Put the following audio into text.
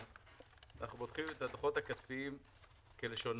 אנחנו בודקים את הדוחות הכספיים כלשונם,